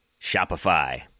Shopify